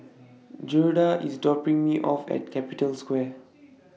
Gerda IS dropping Me off At Capital Square